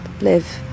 live